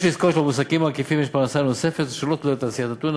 יש לזכור שלמועסקים העקיפים יש פרנסה נוספת אשר לא תלויה בתעשיית הטונה.